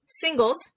singles